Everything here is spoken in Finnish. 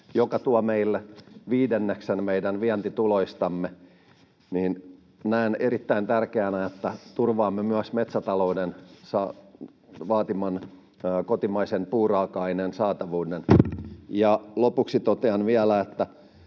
joka tuo meille viidenneksen meidän vientituloistamme. Näen erittäin tärkeänä, että turvaamme myös metsätalouden vaatiman kotimaisen puuraaka-aineen saatavuuden. Lopuksi totean vielä, että